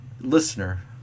Listener